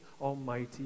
almighty